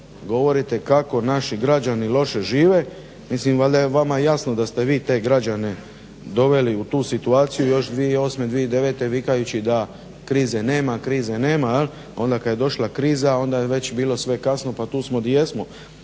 govorite kao kako naši građani loše žive, mislim valjda je vama jasno da ste vi te građane doveli u tu situaciju još 2008., 2009.vikajći da krize nema, krize nema jel, onda kada je došla kriza onda je već sve bilo kasno pa tu smo gdje jesmo.